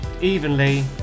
evenly